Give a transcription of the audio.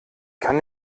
kann